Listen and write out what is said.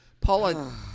Paula